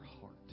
heart